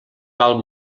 val